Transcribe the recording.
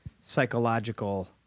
psychological